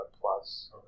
plus